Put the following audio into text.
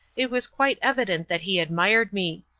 it was quite evident that he admired me.